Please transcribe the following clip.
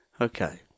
Okay